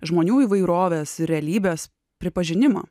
žmonių įvairovės ir realybės pripažinimą